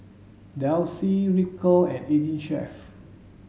Delsey Ripcurl and Eighteen Chef